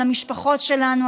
על המשפחות שלנו,